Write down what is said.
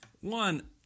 One